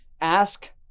ask